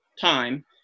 time